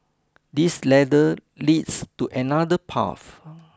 this ladder leads to another path